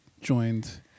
joined